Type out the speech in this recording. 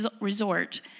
resort